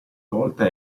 volta